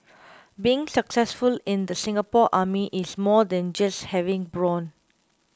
being successful in the Singapore Army is more than just having brawn